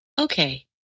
Okay